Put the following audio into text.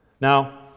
Now